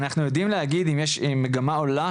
אנחנו יודעים להגיד אם יש מגמה גדולה